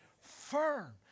firm